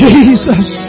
Jesus